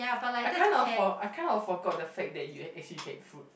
I kind of for~ I kind of forgot the fact that you act~ you actually hate fruit